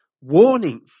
warning